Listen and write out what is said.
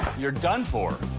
you're done for.